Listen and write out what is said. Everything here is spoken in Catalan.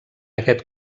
aquest